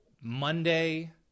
Monday